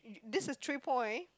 this is three point